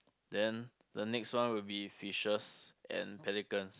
then the next one will be fishes and pelicans